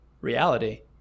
reality